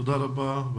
תודה רבה.